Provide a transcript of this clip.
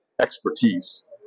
expertise